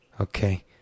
okay